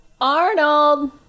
Arnold